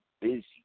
busy